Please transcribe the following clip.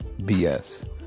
BS